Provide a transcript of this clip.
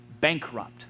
bankrupt